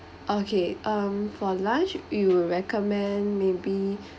okay um for lunch we would recommend maybe